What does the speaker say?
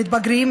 מתבגרים,